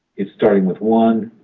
it's starting with one.